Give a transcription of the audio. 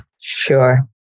Sure